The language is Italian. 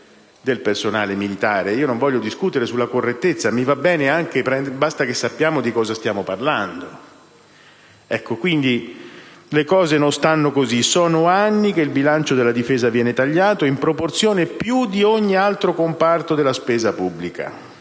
del personale militare. E io non voglio discutere sulla correttezza, mi va bene: basta che sappiamo di cosa stiamo parlando. Quindi, le cose non stanno così. Sono anni che il bilancio della Difesa viene tagliato in proporzione più di ogni altro comparto della spesa pubblica.